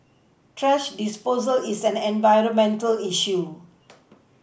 thrash disposal is an environmental issue